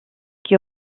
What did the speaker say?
qui